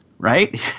Right